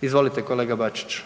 Izvolite kolega Bačiću.